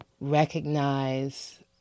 recognize